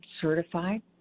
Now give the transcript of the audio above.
certified